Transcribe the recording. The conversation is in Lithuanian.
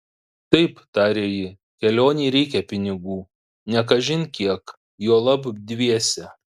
taip tarė ji kelionei reikia pinigų ne kažin kiek juolab dviese